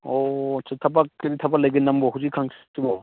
ꯑꯣ ꯑꯠꯆꯥ ꯊꯕꯛ ꯀꯔꯤ ꯊꯕꯛ ꯂꯩꯒꯦ ꯅꯪꯕꯣ ꯍꯧꯖꯤꯛ ꯀꯥꯟꯁꯤꯕꯣ